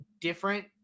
different